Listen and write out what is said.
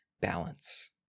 balance